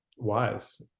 wise